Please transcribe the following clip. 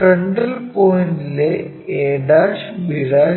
frontal പോയിന്റിലെ a'b'c'